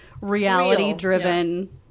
reality-driven